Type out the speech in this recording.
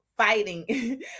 fighting